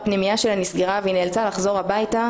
הפנימייה שלה נסגרה והיא נאלצה לחזור הביתה,